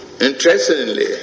Interestingly